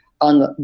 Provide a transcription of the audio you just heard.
on